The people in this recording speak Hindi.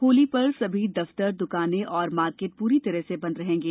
होली पर सभी दफ्तर दुकानें और मार्केट पूरी तरह से बंद रहेंगे